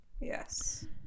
Yes